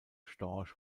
storch